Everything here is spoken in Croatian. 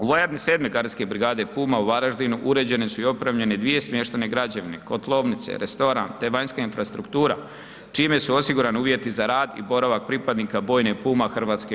U vojarni 7. gardijske brigade Puma u Varaždinu uređene su i opremljene 2 smještajne građevine, kotlovnice, restoran te vanjska infrastruktura, čime su osigurani uvjeti za rad i boravak pripadnika bojne Puma HV-a.